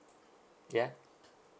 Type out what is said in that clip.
ya